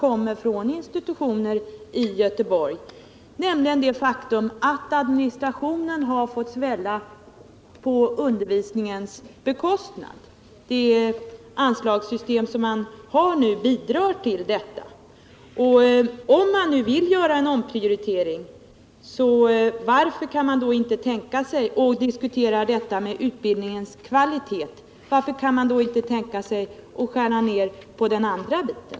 kommer från institutioner i Göteborg, nämligen det faktum att administrationen har fått svälla ut på utbildningens bekostnad. Det anslagssystem som man nu har bidrar till detta. Om man vill göra en omprioritering och om man vill diskutera också frågan om utbildningens kvalitet, varför kan man då inte tänka sig att skära ner på den andra biten?